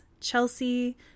Chelsea